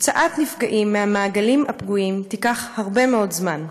הוצאת נפגעים מהמעגלים הפגועים תיקח הרבה מאוד זמן.